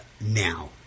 now